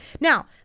Now